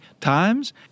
times